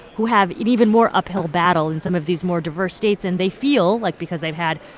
who have even more uphill battle in some of these more diverse states. and they feel like, because they've had,